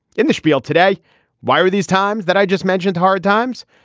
in the spiel today why are these times that i just mentioned hard times.